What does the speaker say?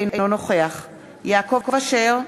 אינו נוכח יעקב אשר,